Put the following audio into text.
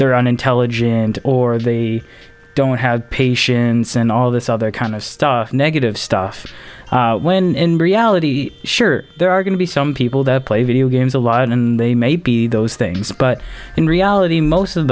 they're unintelligent or they don't have patience and all this other kind of stuff negative stuff sure there are going to be some people that play video games a lot and they may be those things but in reality most of